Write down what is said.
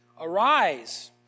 Arise